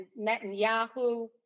Netanyahu